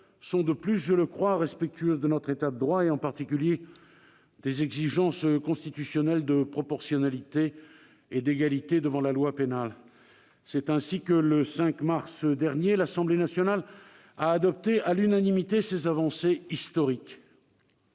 sont de plus, je le crois, respectueuses de notre État de droit et, en particulier, des exigences constitutionnelles en matière de proportionnalité et d'égalité devant la loi pénale. C'est ainsi que, le 15 mars dernier, l'Assemblée nationale a adopté ces avancées historiques